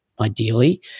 ideally